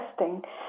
Interesting